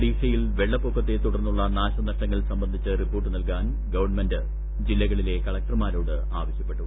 ഒഡീഷയിൽ വെള്ളപ്പൊക്കത്തെ തുടർന്നുള്ള നാശനഷ്ടങ്ങൾ സംബന്ധിച്ച് റിപ്പോർട്ട് നെൽകാൻ ഗവൺമെന്റ് ജില്ലകളിലെ കളക്ടർമാരോട് ആവശ്യപ്പെട്ടു